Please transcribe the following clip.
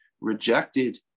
rejected